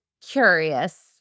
curious